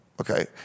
okay